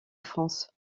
france